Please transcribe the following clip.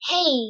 Hey